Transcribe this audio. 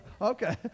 okay